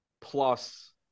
plus